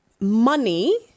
money